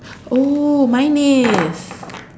oh mine is